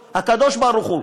הקדוש-ברוך-הוא.